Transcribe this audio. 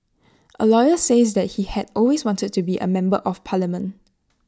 A lawyer says that he had always wanted to be A member of parliament